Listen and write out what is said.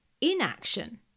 inaction